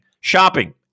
shopping